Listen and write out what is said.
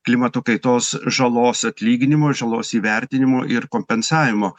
klimato kaitos žalos atlyginimo žalos įvertinimo ir kompensavimo